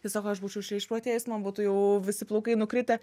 ji sako aš būčiau čia išprotėjus man būtų jau visi plaukai nukritę